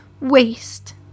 waste